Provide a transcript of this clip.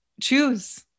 choose